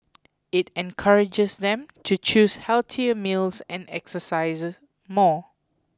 it encourages them to choose healthier meals and exercise more